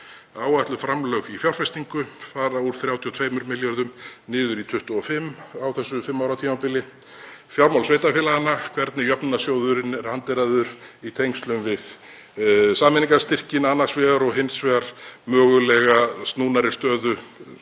áætluð framlög í fjárfestingu fara úr 32 milljörðum niður í 25 á þessu fimm ára tímabili, fjármál sveitarfélaganna, hvernig jöfnunarsjóðurinn er hanteraður í tengslum við sameiningarstyrkina annars vegar og hins vegar mögulega snúnari stöðu stórs